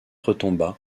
retomba